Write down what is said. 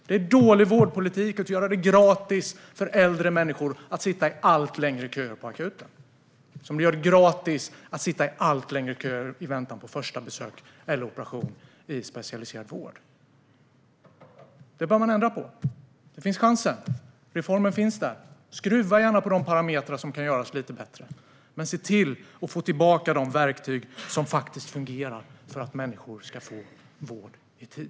Det är dålig vårdpolitik att göra det gratis för äldre människor att sitta i allt längre köer på akuten. Ni gör det gratis att sitta i allt längre köer i väntan på första besöket eller en operation i specialiserad vård. Det bör man ändra på. Chansen finns. Reformen finns där. Skruva gärna på de parametrar som kan göras lite bättre, men se till att få tillbaka de verktyg som faktiskt fungerar för att människor ska få vård i tid!